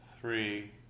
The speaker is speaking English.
three